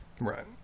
Right